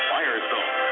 Firestone